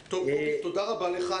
תודה רבה לך.